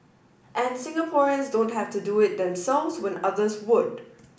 and Singaporeans don't have to do it themselves when others would